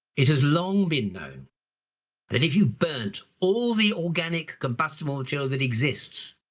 it has long been known that if you burnt all the organic combustible material that exists,